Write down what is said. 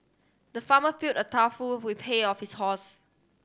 the farmer filled a trough full with pay of his horse